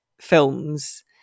films